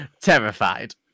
Terrified